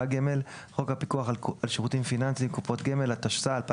חוק הפיקוח על שירותים פיננסיים (קופות גמל) התשס"ה 2005;